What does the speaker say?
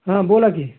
हं बोला की